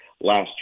last